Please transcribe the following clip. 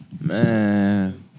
Man